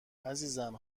عزیزم